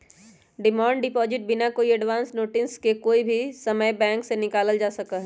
demand deposit बिना कोई advance notice के कोई भी समय बैंक से निकाल्ल जा सका हई